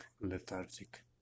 lethargic